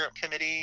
committee